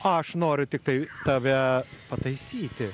aš noriu tiktai tave pataisyti